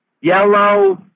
yellow